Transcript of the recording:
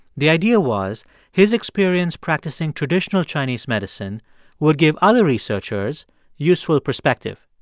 the idea was his experience practicing traditional chinese medicine would give other researchers useful perspective.